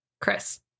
Chris